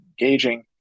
engaging